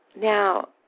Now